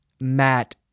Matt